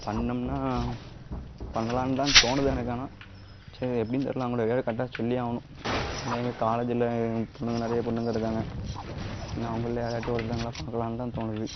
பண்ணம்னால் பண்ணலாம்னு தான் தோணுது எனக்கு ஆனால் சரி எப்படின்னு தெரில அவங்கட்ட வேறு கரெட்டாக சொல்லியே ஆகணும் ஏன்னால் எங்கள் காலேஜ்ஜில் ஏ பொண்ணுங்கள் நிறைய பொண்ணுங்கள் இருக்காங்க ஏன்னால் அவங்கள்ல யாராட்டும் ஒருத்தவங்களை பார்க்கலான்னு தான் தோணுது